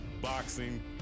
boxing